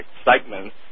excitement